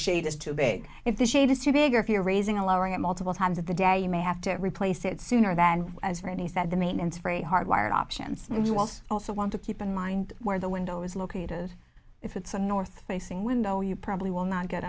shade is too big if the shade is too big or if you're raising a lowering it multiple times of the day you may have to replace it sooner than as many said the maintenance for a hard wired options you also also want to keep in mind where the window is located if it's a north facing window you probably will not